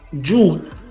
June